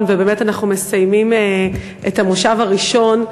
ובאמת אנחנו מסיימים את המושב הראשון,